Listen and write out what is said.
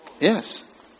Yes